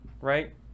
right